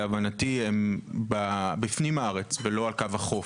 להבנתי הם בפנים הארץ ולא על קו החוף,